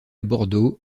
bordeaux